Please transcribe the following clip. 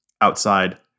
outside